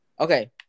Okay